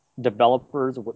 developers